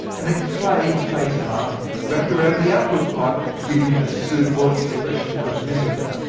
and a clay face mask wrapped around the output pipe giving a suitable expression of misery.